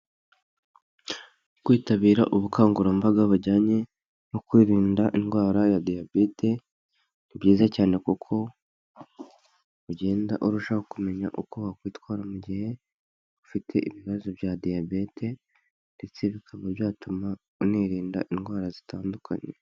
Kwitabira ubukangurambaga bujyanye no kwirinda indwara ya diyabete, ni byiza cyane kuko ugenda urushaho kumenya uko wakwitwara mu gihe ufite ibibazo bya diyabete, ndetse bikaba byatuma unirinda indwara zitandukanye.